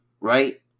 right